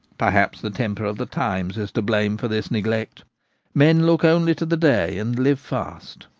perhaps the temper of the times is to blame for this neglect men look only to the day and live fast.